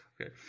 okay